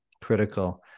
critical